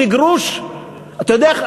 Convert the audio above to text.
גרוש לגרוש, אתה יודע.